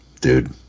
dude